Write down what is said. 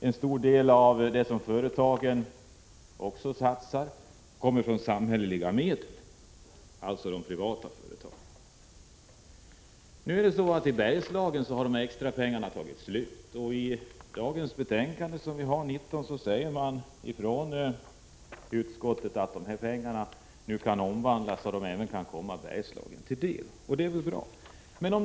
En stor del av det som de privata företagen satsar kommer också från samhälleliga medel. I Bergslagen har nu de här extra pengarna tagit slut. I dagens betänkande 19 säger näringsutskottet att anslagen kan omvandlas, så att de även kan 143 komma Bergslagen till del — och det är väl bra.